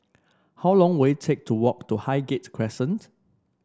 how long will it take to walk to Highgate Crescent